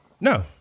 no